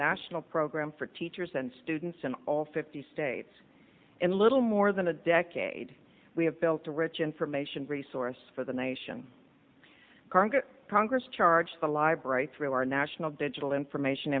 national program for teachers and students in all fifty states in a little more than a decade we have built a rich information resource for the nation congress congress charge the library through our national digital information